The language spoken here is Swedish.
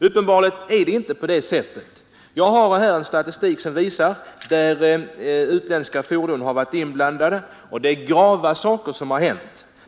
Uppenbarligen är det inte på det sättet. Jag har här en statistik över trafikolyckor där utländska fordon varit inblandade. Det är grava saker som har hänt.